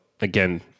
again